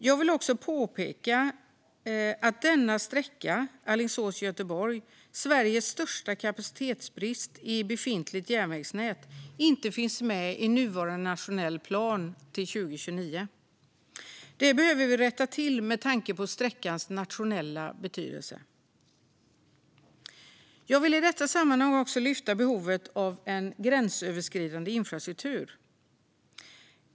Jag vill också påpeka att sträckan Alingsås-Göteborg, Sveriges största kapacitetsbrist i det befintliga järnvägsnätet, inte finns med i nuvarande nationell plan till 2029. Det behöver vi rätta till med tanke på sträckans nationella betydelse. Jag vill i detta sammanhang också lyfta fram behovet av gränsöverskridande infrastruktur.